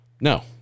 no